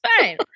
fine